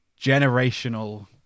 generational